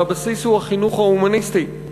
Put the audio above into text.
והבסיס הוא החינוך ההומניסטי.